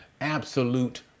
absolute